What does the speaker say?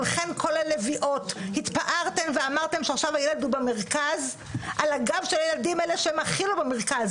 כל עוד המערכת הזו של גילאי לידה עד שלוש היא מערכת שאין בה חוק חינוך